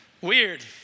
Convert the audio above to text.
weird